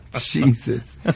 Jesus